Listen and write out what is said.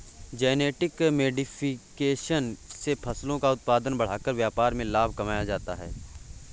genetic modification से फसलों का उत्पादन बढ़ाकर व्यापार में लाभ कमाया जाता है